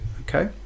Okay